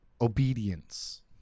Obedience